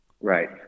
Right